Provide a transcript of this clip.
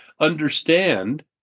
understand